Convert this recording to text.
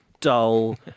dull